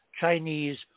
Chinese